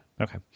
Okay